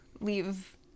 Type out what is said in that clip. leave